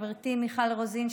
חברתי מיכל רוזין,